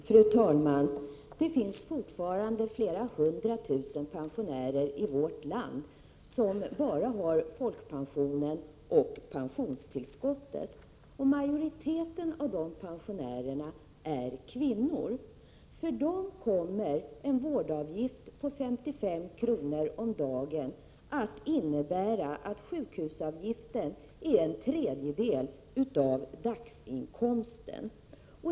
Fru talman! Det finns i vårt land fortfarande flera hundra tusen pensionärer som bara har folkpensionen och pensionstillskottet. Majoriteten av dessa pensionärer är kvinnor. För dem kommer en vårdavgift på 55 kr. om dagen att innebära att sjukhusavgiften är en tredjedel av dagsinkomsten.